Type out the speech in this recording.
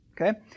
Okay